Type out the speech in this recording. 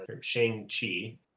Shang-Chi